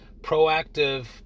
proactive